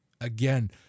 again